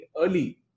early